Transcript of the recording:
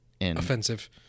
Offensive